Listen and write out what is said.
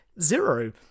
zero